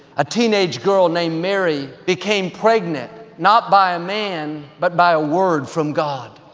a teenage girl named mary became pregnant not by a man, but by a word from god.